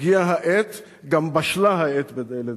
הגיעה העת, וגם בשלה העת, לדעתי.